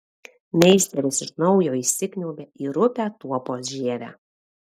meisteris iš naujo įsikniaubia į rupią tuopos žievę